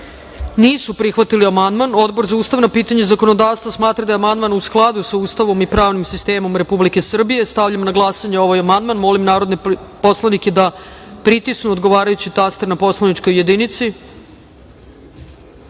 nisu prihvatili amandman. Odbor za ustavna pitanja i zakonodavstvo smatra da je amandman u skladu sa Ustavom i pravnim sistemom Republike Srbije. Stavljam na glasanje ovaj amandman. Molim narodne poslanike da pritisnu odgovarajući taster na poslaničkoj